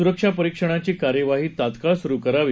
सुरक्षा परीक्षणाची कार्यवाही तात्काळ सुरु होत आहे